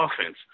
offense